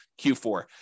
Q4